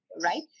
right